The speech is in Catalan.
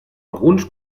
alguns